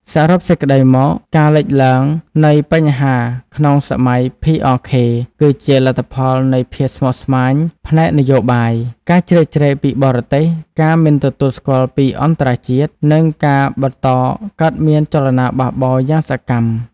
សរុបសេចក្ដីមក ការលេចឡើងនៃបញ្ហាក្នុងសម័យ PRK គឺជាលទ្ធផលនៃភាពស្មុគស្មាញផ្នែកនយោបាយ ការជ្រៀតជ្រែកពីបរទេស ការមិនទទួលស្គាល់ពីអន្តរជាតិ និងការបន្តកើតមានចលនាបះបោរយ៉ាងសកម្ម។